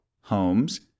homes